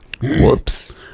Whoops